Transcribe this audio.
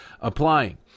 applying